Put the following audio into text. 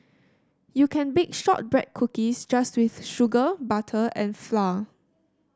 you can bake shortbread cookies just with sugar butter and flour